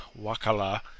wakala